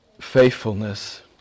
faithfulness